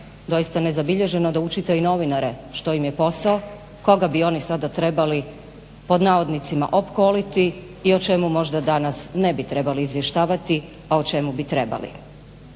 doista nezabilježeno da učite i novinare što im je posao, koga bi oni sada trebali pod navodnicima opkoliti i o čemu možda danas ne bi trebali izvještavati, a o čemu bi trebali.